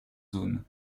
zone